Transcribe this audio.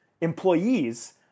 employees